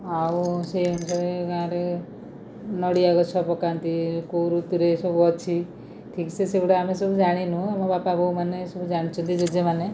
ଆଉ ସେଇ ଅନୁସାରେ ଗାଁରେ ନଡ଼ିଆଗଛ ପକାନ୍ତି କେଉଁ ଋତୁରେ ସବୁଅଛି ଠିକସେ ସେଗୁଡ଼ା ଆମେ ସବୁ ଜାଣିନୁ ଆମ ବାପା ବୋଉ ମାନେ ସବୁ ଜାଣିଛନ୍ତି ଜେଜେ ମାନେ